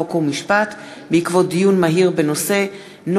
חוק ומשפט בעקבות דיון מהיר בהצעה של חברי הכנסת אורית סטרוק,